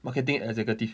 marketing executive